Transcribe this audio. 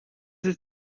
ist